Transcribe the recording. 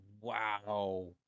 Wow